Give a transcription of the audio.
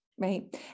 Right